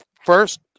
first